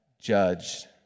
judged